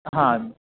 हां